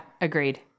Agreed